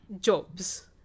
jobs